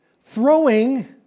Throwing